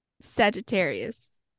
Sagittarius